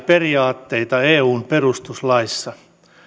periaatteita eun perustuslaissa